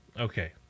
Okay